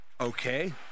Okay